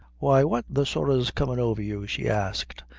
why, what the sorra's comin' over you? she asked,